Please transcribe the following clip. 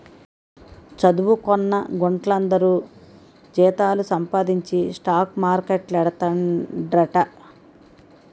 చదువుకొన్న గుంట్లందరూ జీతాలు సంపాదించి స్టాక్ మార్కెట్లేడతండ్రట